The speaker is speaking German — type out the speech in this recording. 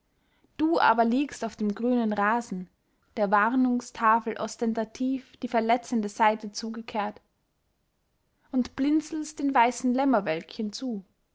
du aber liegst auf dem grünen rasen der warnungstafel ostentativ die verletzende seite zugekehrt und blinzelst den weißen lämmerwölkchen zu